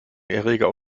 erreger